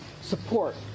support